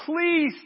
Please